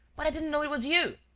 but i didn't know it was you.